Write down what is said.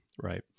right